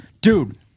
Dude